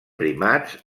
primats